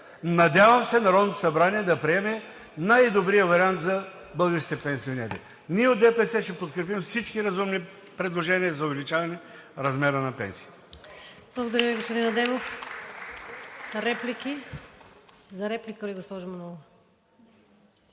Надявам се Народното събрание да приеме най-добрият вариант за българските пенсионери. Ние от ДПС ще подкрепим всички разумни предложения за увеличаване размера на пенсиите.